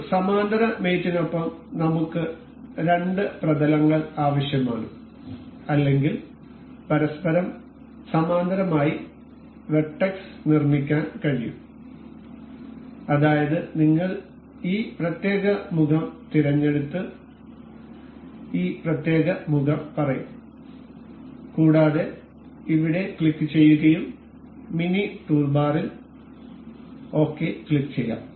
ഒരു സമാന്തര മേറ്റ് നൊപ്പംനമ്മുക്ക് രണ്ട് പ്രതലങ്ങൾ ആവശ്യമാണ് അല്ലെങ്കിൽ പരസ്പരം സമാന്തരമായി വെർട്ടെക്സ് നിർമ്മിക്കാൻ കഴിയും അതായത് നിങ്ങൾ ഈ പ്രത്യേക മുഖം തിരഞ്ഞെടുത്ത് ഈ പ്രത്യേക മുഖം പറയും കൂടാതെ ഇവിടെ ക്ലിക്കുചെയ്യുകയും മിനി ടൂൾബാറിൽ ശരി ക്ലിക്കുചെയ്യാം